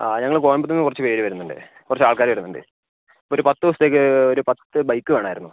ആ ഞങ്ങൾ കോയമ്പത്തൂരിന്ന് കുറച്ച് പേര് വരുന്നുണ്ട് കുറച്ച് ആൾക്കാര് വരുന്നുണ്ട് ഒര് പത്ത് ദിവസത്തേക്ക് ഒര് പത്ത് ബൈക്ക് വേണായിരുന്നു